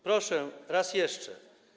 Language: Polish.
Proszę raz jeszcze.